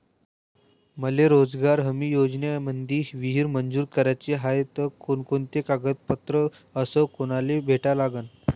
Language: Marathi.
मले रोजगार हमी योजनेमंदी विहीर मंजूर कराची हाये त कोनकोनते कागदपत्र अस कोनाले भेटा लागन?